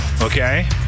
okay